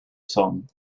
song